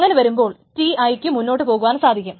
അങ്ങനെ വരുമ്പോൾ Ti ക്ക് മുന്നോട്ടു പോകുവാൻ സാധിക്കും